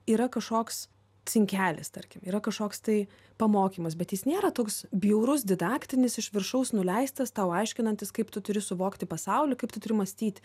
yra kažkoks cinkelis tarkim yra kažkoks tai pamokymas bet jis nėra toks bjaurus didaktinis iš viršaus nuleistas tau aiškinantis kaip tu turi suvokti pasaulį kaip tu turi mąstyt